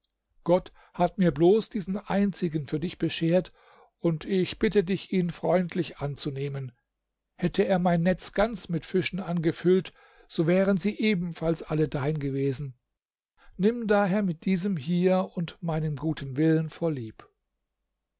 gott hat mir bloß diesen einzigen für dich beschert und ich bitte dich ihn freundlich anzunehmen hätte er mein netz ganz mit fischen angefüllt so wären sie ebenfalls alle dein gewesen nimm daher mit diesem hier und meinem guten willen vorlieb